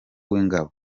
w’ingabo